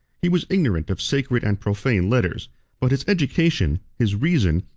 he was ignorant of sacred and profane letters but his education, his reason,